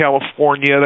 California